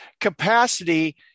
Capacity